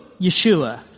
Yeshua